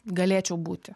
galėčiau būti